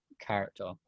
character